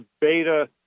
beta